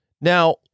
Now